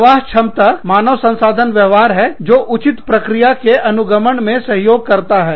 प्रवाह क्षमता मानव संसाधन व्यवहार है जो उचित प्रक्रिया के अनुगमन में सहयोग करता है